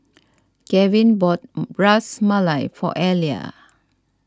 Kevin bought Ras Malai for Elia